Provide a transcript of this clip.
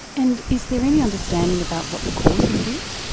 and is there any understanding about what the cause of it is?